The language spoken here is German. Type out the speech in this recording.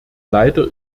leider